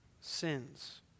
sins